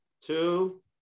two